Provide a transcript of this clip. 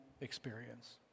experience